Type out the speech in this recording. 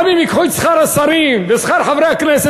גם אם ייקחו את שכר השרים ושכר חברי הכנסת